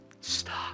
stop